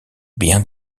bien